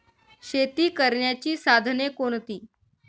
शेती करण्याची साधने कोणती?